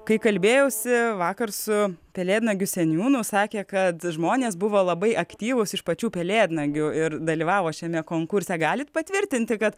kai kalbėjausi vakar su pelėdnagių seniūnu sakė kad žmonės buvo labai aktyvūs iš pačių pelėdnagių ir dalyvavo šiame konkurse galite patvirtint kad